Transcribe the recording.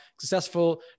successful